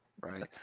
right